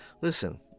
listen